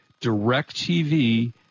DirecTV